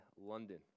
London